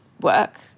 work